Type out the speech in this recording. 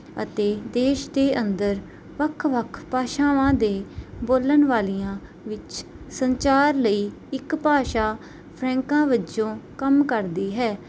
ਅਤੇ ਦੇਸ਼ ਦੇ ਅੰਦਰ ਵੱਖ ਵੱਖ ਭਾਸ਼ਾਵਾਂ ਦੇ ਬੋਲਣ ਵਾਲੀਆਂ ਵਿੱਚ ਸੰਚਾਰ ਲਈ ਇੱਕ ਭਾਸ਼ਾ ਫਰੈਂਕਾਂ ਵਜੋਂ ਕੰਮ ਕਰਦੀ ਹੈ